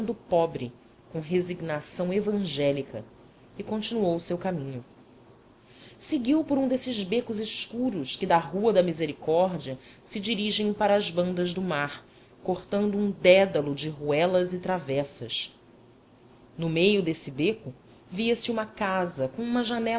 do pobre com resignação evangélica e continuou o seu caminho seguiu por um desses becos escuros que da rua da misericórdia se dirigem para as bandas do mar cortando um dédalo de ruelas e travessas no meio desse beco via-se uma casa com uma